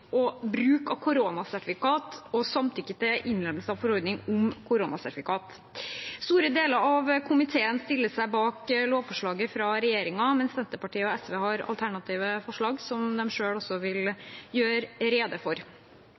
og bruk av koronasertifikat og samtykke til innlemmelse av forordning om koronasertifikat. Store deler av komiteen stiller seg bak lovforslaget fra regjeringen, mens Senterpartiet og SV har alternative forslag som de selv vil gjøre rede for.